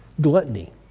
Gluttony